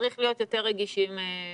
צריך להיות יותר רגישים בתקופה הזו.